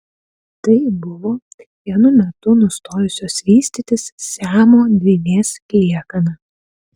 tai buvo vienu metu nustojusios vystytis siamo dvynės liekana